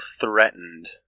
threatened